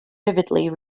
vividly